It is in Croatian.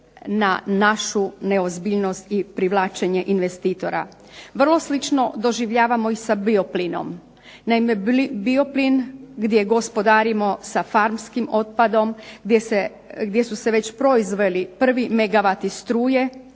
na našu neozbiljnost i privlačenje investitora. Vrlo slično doživljavamo i sa bioplinom, naime bioplin gdje gospodarimo sa farmskim otpadom gdje su se već proizveli prvi megawati struje